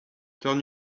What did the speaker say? turn